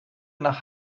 nach